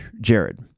Jared